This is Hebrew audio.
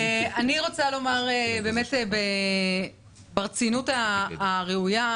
אני רוצה לומר ברצינות הראויה.